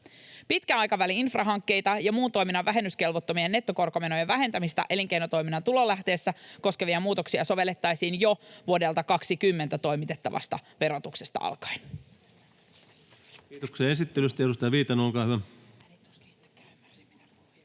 Pitkän aikavälin infrahankkeita ja muun toiminnan vähennyskelvottomien nettokorkomenojen vähentämistä elinkeinotoiminnan tulolähteessä koskevia muutoksia sovellettaisiin jo vuodelta 20 toimitettavasta verotuksesta alkaen. Kiitoksia esittelystä. — Edustaja Viitanen, olkaa hyvä.